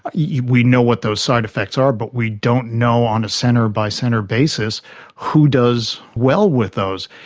ah yeah we know what those side-effects are but we don't know on a centre-by-centre basis who does well with those.